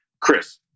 Chris